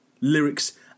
lyrics